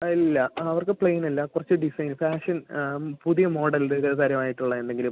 അല്ല അവർക്ക് പ്ലെയിൻ അല്ല കുറച്ച് ഡിസൈൻ ഫേഷൻ പുതിയ മോഡൽ വിവിധ തരമായിട്ടുള്ള എന്തെങ്കിലും